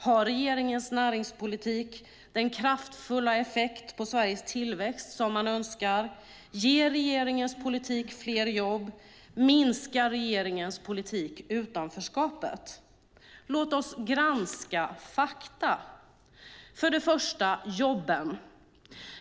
Har regeringens näringspolitik den kraftfulla effekt på Sveriges tillväxt som man önskar? Ger regeringens politik fler jobb? Minskar regeringens politik utanförskapet? Låt oss granska fakta. För det första - jobben.